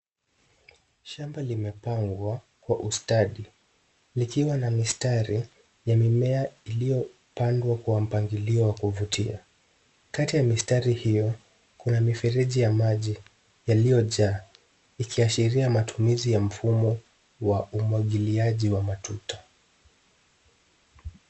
Shamba limepangwa kwa ustadi likiwa na mistari ya mimea iliyopandwa kwa mpangilio wa kuvutia. Kati ya mistari hio kuna mifereji ya maji yaliyojaa, ikiashiria matumizi ya mfumo wa umwagiliaji wa matuta.